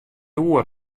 oer